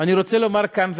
אני רוצה לומר כאן ועכשיו: